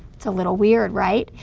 it's a little weird, right.